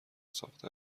ساخته